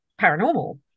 paranormal